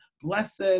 blessed